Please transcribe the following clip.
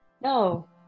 No